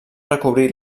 recobrir